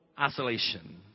isolation